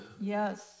Yes